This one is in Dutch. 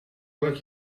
elk